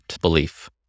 belief